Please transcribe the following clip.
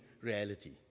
reality